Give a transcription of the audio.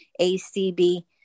ACB